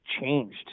changed